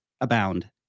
abound